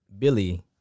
Billy